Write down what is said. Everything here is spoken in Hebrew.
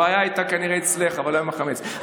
הבעיה הייתה כנראה אצלך, אבל לא עם החמץ.